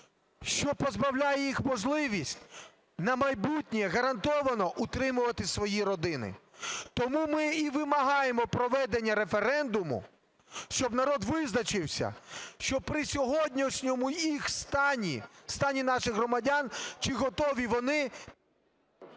що позбавляє їх можливості на майбутнє гарантовано утримувати свої родини. Тому ми і вимагаємо проведення референдуму, щоб народ визначився, щоб при сьогоднішньому їх стані, стані наших громадян, чи готові вони…